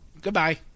goodbye